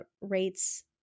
rates